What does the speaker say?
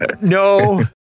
no